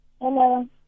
Hello